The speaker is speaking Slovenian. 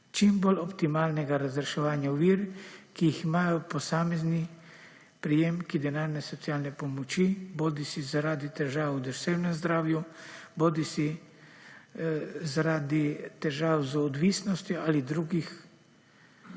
čim bolj optimalnega razreševanja ovir, ki jih imajo posamezni prejemki denarne socialne pomoči bodisi, zaradi težav v duševnem zdravju bodisi, zaradi težav z odvisnostjo ali drugih